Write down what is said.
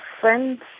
friends